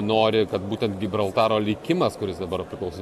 nori kad būtent gibraltaro likimas kuris dabar priklauso